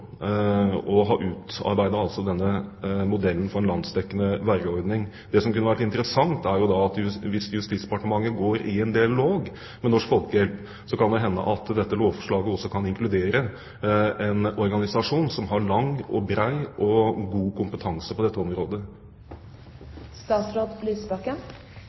og de har utarbeidet denne modellen for en landsdekkende vergeordning. Det som kunne være interessant, er jo at hvis Justisdepartementet går i dialog med Norsk Folkehjelp, kan det hende at dette lovforslaget også kan inkludere en organisasjon som har lang, bred og god kompetanse på dette